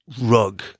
rug